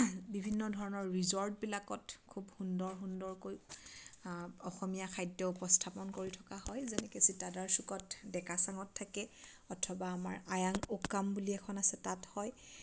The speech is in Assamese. বিভিন্ন ধৰণৰ ৰিজৰ্টবিলাকত খুব সুন্দৰ সুন্দৰকৈ অসমীয়া খাদ্য উপস্থাপন কৰি থকা হয় যেনেকৈ চিতাধাৰ চুকত ডেকা চাঙত থাকে অথবা আমাৰ আয়াং অ'কাম বুলি এখন আছে তাত হয়